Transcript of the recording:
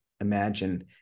imagine